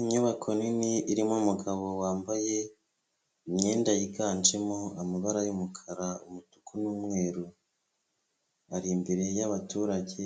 Inyubako nini irimo umugabo wambaye imyenda yiganjemo amabara y'umukara/ umutuku n'umweru ari imbere y'abaturage